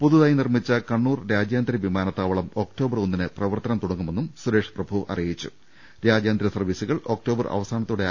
പുതുതായി നിർമ്മിച്ച കണ്ണൂർ രാജ്യാന്തര വിമാനത്താവളം ഒക്ടോ ബർ ഒന്നിന് പ്രവർത്തനം തുടങ്ങുമെന്നും സുരേഷ് പ്രഭൂ അറിയി രാജ്യാന്തര സർവീസുകൾ ഒക്ടോബർ അവസാനത്തോടെ ന്നു